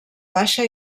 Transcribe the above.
baixa